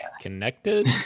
connected